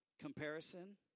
Comparison